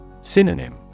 Synonym